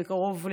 בקרוב,